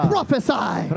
Prophesy